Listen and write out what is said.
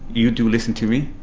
you do listen to me.